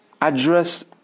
address